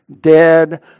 dead